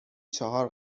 چهار